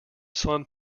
son